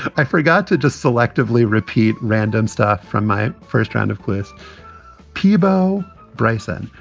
i forgot to just selectively repeat random stuff from my first round of qu'est peabo bryson.